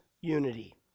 unity